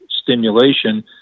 stimulation